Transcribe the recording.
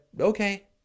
okay